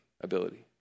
ability